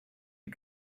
you